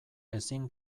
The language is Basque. ezin